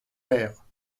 mère